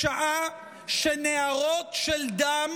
בשעה שנהרות של דם